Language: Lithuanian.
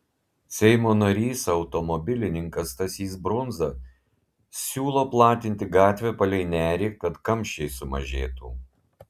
seimo narys automobilininkas stasys brundza siūlo platinti gatvę palei nerį kad kamščiai sumažėtų